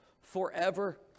forever